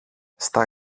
στα